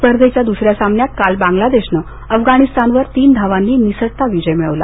स्पर्धेच्या दुसऱ्या सामन्यात काल बांगलादेशनं अफगाणिस्तानवर तीन धावांनी निसटता विजय मिळवला